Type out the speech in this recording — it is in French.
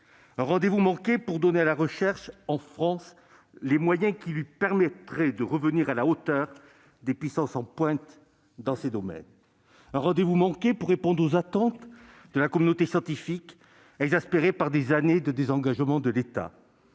un rendez-vous manqué pour donner à la recherche en France les moyens qui lui permettraient de revenir à la hauteur des puissances en pointe dans ces domaines ; un rendez-vous manqué pour répondre aux attentes de la communauté scientifique, exaspérée par des années de désengagement de l'État.